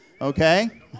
okay